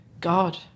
God